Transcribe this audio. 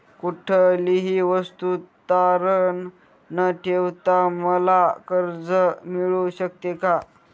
कुठलीही वस्तू तारण न ठेवता मला कर्ज मिळू शकते का?